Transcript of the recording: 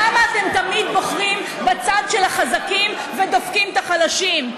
למה אתם תמיד בוחרים בצד של החזקים ודופקים את החלשים?